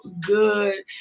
good